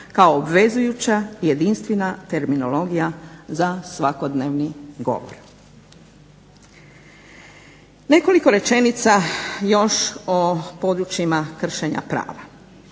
kao obvezujuća jedinstvena terminologija za svakodnevni govor. Nekoliko rečenica još po područjima kršenja prava.